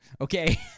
okay